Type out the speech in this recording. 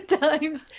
Times